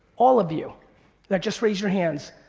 all of you that just raised your hands,